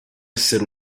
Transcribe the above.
esser